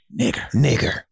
Nigger